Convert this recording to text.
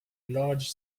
large